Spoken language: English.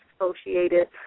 associated